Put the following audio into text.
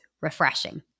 refreshing